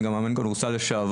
אני גם מאמן כדורסל לשעבר.